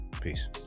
Peace